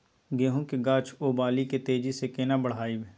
गेहूं के गाछ ओ बाली के तेजी से केना बढ़ाइब?